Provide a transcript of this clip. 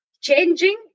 changing